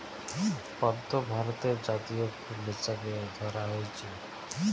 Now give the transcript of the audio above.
পদ্ম ভারতের জাতীয় ফুল হিসাবে ধরা হইচে